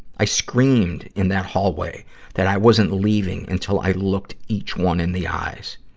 i screamed in that hallway that i wasn't leaving until i looked each one in the eyes.